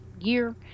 year